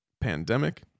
pandemic